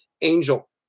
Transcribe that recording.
angel